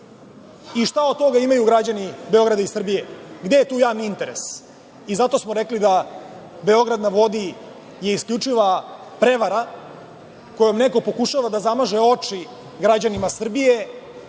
Šta od toga imaju građani Beograda i Srbije? Gde je tu javni interes? I zato smo rekli da „Beograd na vodi“ je isključiva prevara kojom neko pokušava da zamaže oči građanima Srbije.